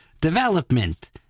development